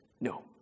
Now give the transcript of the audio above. no